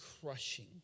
crushing